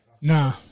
Nah